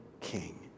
King